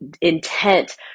intent